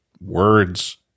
words